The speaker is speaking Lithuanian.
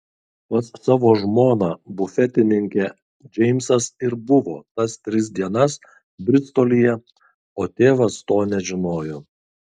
pas savo žmoną bufetininkę džeimsas ir buvo tas tris dienas bristolyje o tėvas to nežinojo